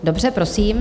Dobře, prosím.